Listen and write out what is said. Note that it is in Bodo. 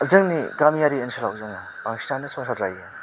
जोंनि गामियारि ओनसोलाव जोङो बांसिनानो संसार जायो